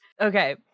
Okay